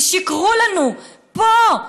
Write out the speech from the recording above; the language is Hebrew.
שיקרו לנו פה,